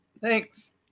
Thanks